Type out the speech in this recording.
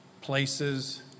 places